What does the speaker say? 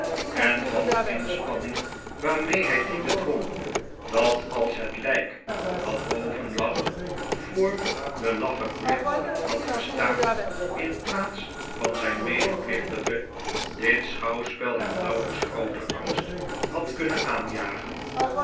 en van de inspanning waarmee hij die bedwong dat als het lijk dat boven lag voor den laffen gride had gestaan in plaats van zijn medeplichtige dit schouwspel hem nauwelijks grooter angst had kunnen aanjagen